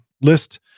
list